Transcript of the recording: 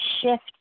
shift